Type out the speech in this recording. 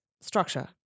structure